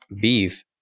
beef